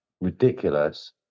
ridiculous